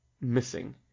missing